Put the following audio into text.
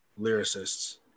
lyricists